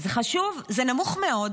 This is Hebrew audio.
זה חשוב, זה נמוך מאוד.